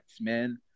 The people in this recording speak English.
man